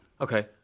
Okay